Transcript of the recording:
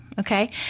Okay